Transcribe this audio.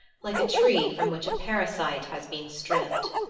like a tree from which a parasite has been stripped.